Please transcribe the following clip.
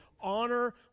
honor